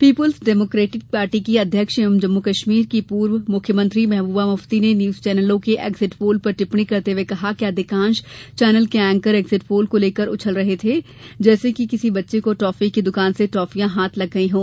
people's Democratic Party की अध्यक्ष एवं जम्मू कश्मीर की पूर्व मुख्यमंत्री महबूबा मुफ्ती ने न्यूज चैनलों के एक्जिट पोल पर टिप्पणी करते हुए कहा है कि अधिकांश चैनल के एंकर एक्जिट पोल को लेकर उछल रहे थे जैसे किसी बच्चे को टॉफी की दुकान से टॉफियां हाथ लग गयी हों